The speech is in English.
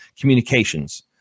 communications